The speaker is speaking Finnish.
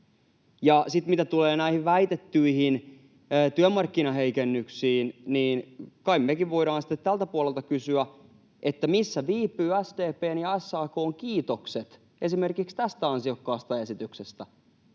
mitä tulee näihin väitettyihin työmarkkinaheikennyksiin, niin kai mekin voidaan sitten tältä puolelta kysyä, missä viipyvät SDP:n ja SAK:n kiitokset esimerkiksi tästä ansiokkaasta esityksestä.